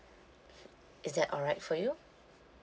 is that alright for you